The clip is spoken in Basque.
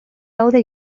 gaude